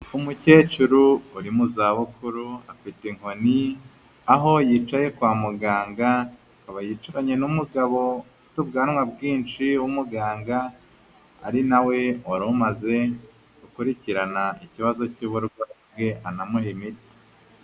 Umukecuru uri mu zabukuru afite inkoni, aho yicaye kwa muganga, akaba yicaranye n'umugabo ufite ubwanwa bwinshi w'umuganga, ari nawe wari umaze gukurikirana ikibazo cy'uburwayi bwe, anamuha imiti.